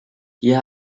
hier